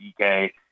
dk